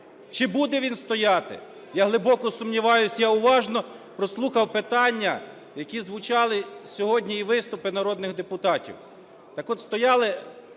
Чи буде він стояти? Я глибоко сумніваюсь. Я уважно прослухав питання, які звучали сьогодні, і виступи народних депутатів.